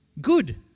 Good